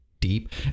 deep